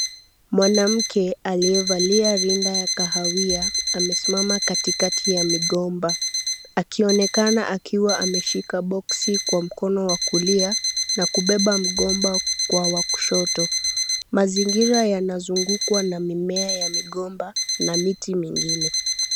Mwanamke aliyevalia rinda ya kahawia amesimama katikati ya migomba, akionekana akiwa ameshika boksi kwa mkono wa kulia na kubeba mgomba kwa wa kushoto. Mazingira yanazungukwa na mimea ya migomba na miti mingine.